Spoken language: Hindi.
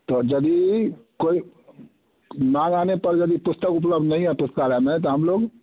तो यदि कोई माँग आने पर यदि पुस्तक उपलब्ध नहीं है पुस्तकालय में तो हम लोग